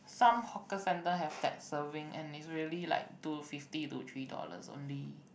some hawker centre have that serving and is really like two fifty to three dollars only